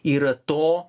yra to